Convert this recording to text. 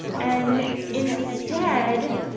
and instead,